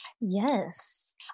yes